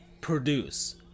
produce